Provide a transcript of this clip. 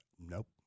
Nope